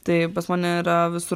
tai pas mane yra visur